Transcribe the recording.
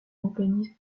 organismes